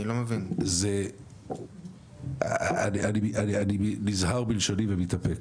אני נזהר בלשוני ומתאפק,